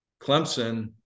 Clemson